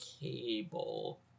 cable